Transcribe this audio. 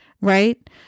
Right